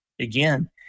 again